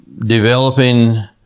developing